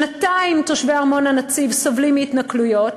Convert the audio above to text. שנתיים תושבי ארמון-הנציב סובלים מהתנכלויות,